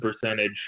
percentage